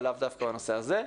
אבל לאו דווקא לנושא הזה.